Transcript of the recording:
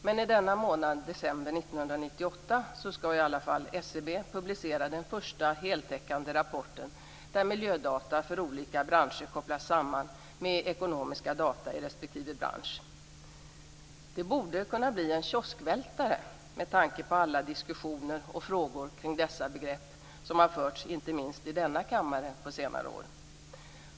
Men i denna månad, december 1998, skall i alla fall SCB publicera den första heltäckande rapporten där miljödata för olika branscher kopplas samman med ekonomiska data i respektive bransch. Det borde kunna bli en "kioskvältare" med tanke på alla diskussioner kring dessa begrepp som har förts inte minst i denna kammare på senare år.